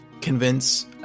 Convince